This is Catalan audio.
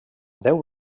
déu